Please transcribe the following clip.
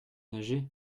nager